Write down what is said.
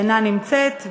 אינה נמצאת.